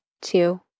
two